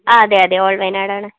അതെ അതെ ഓൾ വയനാടാണ്